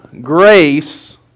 grace